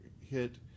hit